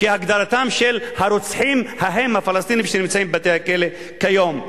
כהגדרתם של הרוצחים ההם הפלסטינים שנמצאים בבתי-הכלא כיום.